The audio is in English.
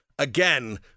Again